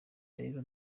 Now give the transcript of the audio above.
rero